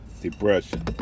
depression